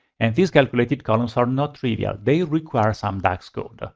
and these calculated columns are not trivial. they require some dax code. ah